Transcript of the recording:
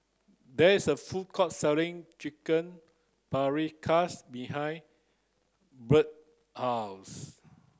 there is a food court selling Chicken Paprikas behind Brett house